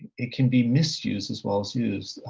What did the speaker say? it can be misused as well as used.